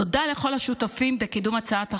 תודה לכל השותפים בקידום הצעת החוק.